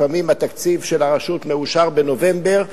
לפעמים התקציב של הרשות מאושר בנובמבר,